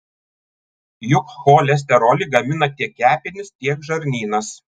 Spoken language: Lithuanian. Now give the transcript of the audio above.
juk cholesterolį gamina tiek kepenys tiek žarnynas